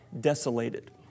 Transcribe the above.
desolated